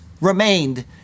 remained